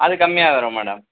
அது கம்மியாக வரும் மேடம்